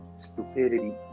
stupidity